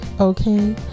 okay